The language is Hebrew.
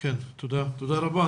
תודה רבה.